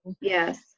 yes